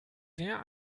sehr